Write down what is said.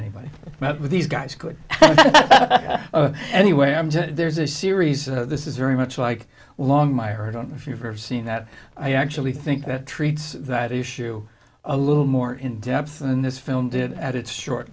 anybody met with these guys could anyway i'm just there's a series of this is very much like long my who don't know if you've ever seen that i actually think that treats that issue a little more in depth than this film did at its short